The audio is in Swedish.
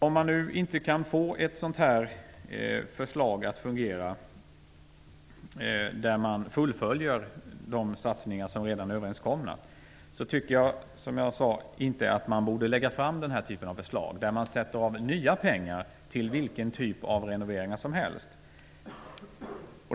Om det nu inte går att få ett sådant här förslag att fungera, där de satsningar som redan är överenskomna fullföljs, tycker jag, som jag sade, inte att man borde lägga fram den här typen av förslag, där nya pengar avsätts till vilken typ av renoveringar som helst.